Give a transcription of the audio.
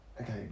okay